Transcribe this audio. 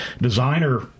designer